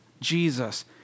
Jesus